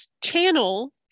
channel